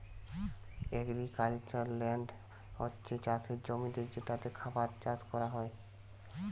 agricultural land হচ্ছে চাষের জমি যেটাতে খাবার চাষ কোরা হয়